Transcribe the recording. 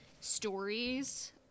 stories